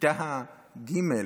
בכיתה ג',